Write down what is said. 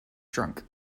drunk